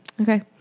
Okay